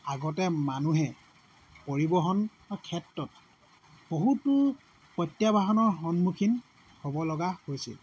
আগতে মানুহে পৰিবহনৰ ক্ষেত্ৰত বহুতো প্ৰত্যাহ্বানৰ সন্মূখীন হ'ব লগা হৈছিল